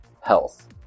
health